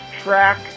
track